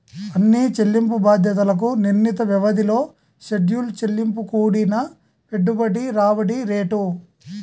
అన్ని చెల్లింపు బాధ్యతలకు నిర్ణీత వ్యవధిలో షెడ్యూల్ చెల్లింపు కూడిన పెట్టుబడి రాబడి రేటు